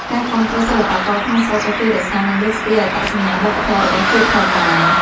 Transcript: ការគាំទ្រសិល្បករក្នុងស្រុកក៏ជួយរក្សា និងលើកស្ទួយអត្តសញ្ញាណវប្បធម៌របស់ជាតិផងដែរ។